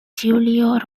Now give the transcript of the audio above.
giulio